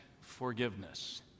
forgiveness